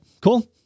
Cool